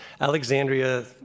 Alexandria